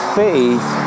faith